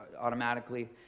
automatically